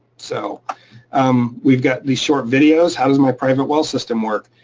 so um we've got these short videos, how does my private well system work?